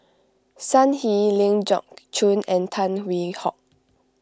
Sun Yee Ling Geok Choon and Tan Hwee Hock